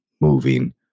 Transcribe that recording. moving